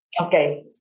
okay